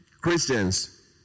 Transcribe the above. Christians